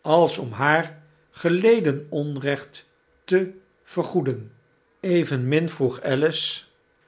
als om haar geleden onrecht te vergoeden evenmin vroeg alice